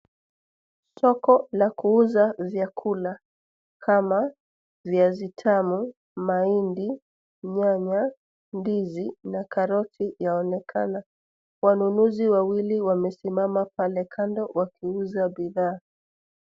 Soko la kuuza vyakula, kama viazi tamu, mahindi, nyanya, ndizi na karoti yaonekana. Wanunuzi wawili wamesimama pale kando wakiuza bidhaa.